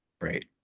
Right